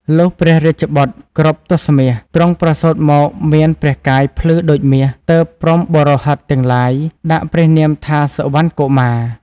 លុះព្រះរាជបុត្រគ្រប់ទសមាស ទ្រង់ប្រសូតមកមានព្រះកាយភ្លឺដូចមាសទើបព្រហ្មណ៍បុរោហិតទាំងឡាយដាក់ព្រះនាមថាសុវណ្ណកុមារ។